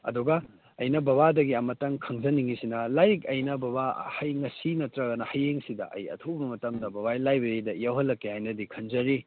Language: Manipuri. ꯑꯗꯨꯒ ꯑꯩꯅ ꯕꯕꯥꯗꯒꯤ ꯑꯃꯇꯪ ꯈꯪꯖꯅꯤꯡꯉꯤꯁꯤꯅ ꯂꯥꯏꯔꯤꯛ ꯑꯩꯅ ꯕꯕꯥ ꯉꯁꯤ ꯅꯠꯇ꯭ꯔꯒꯅ ꯍꯌꯦꯡꯁꯤꯗ ꯑꯩ ꯑꯊꯨꯕ ꯃꯇꯝꯗ ꯕꯕꯥꯒꯤ ꯂꯥꯏꯕ꯭ꯔꯦꯔꯤꯗ ꯌꯧꯍꯜꯂꯛꯀꯦ ꯍꯥꯏꯅꯗꯤ ꯈꯟꯖꯔꯤ